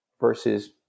versus